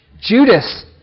Judas